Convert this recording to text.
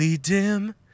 dim